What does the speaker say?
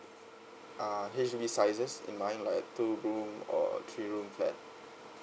uh H_D_B sizes in mind like two room or three room flat